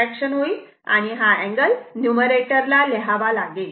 हा angle numerator ला लिहावा लागेल